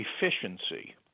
efficiency